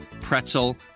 pretzel